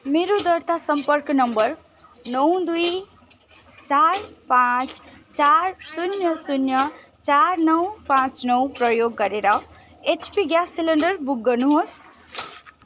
मेरो दर्ता सम्पर्क नम्बर नौ दुई चार पाँच चार शून्य शून्य चार नौ पाचँ नौ प्रयोग गरेर एचपी ग्यास सिलिन्डर बुक गर्नुहोस्